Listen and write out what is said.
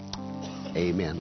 Amen